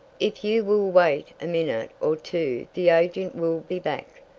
if you will wait a minute or two the agent will be back,